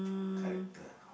character